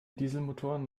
dieselmotoren